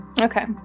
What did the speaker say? okay